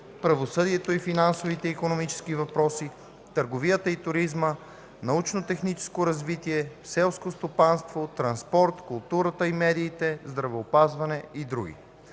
правосъдието, финансовите и икономически въпроси, търговията и туризма, научно-техническото развитие, селското стопанство, транспорта, културата и медиите, здравеопазването и др.